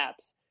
apps